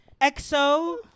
Exo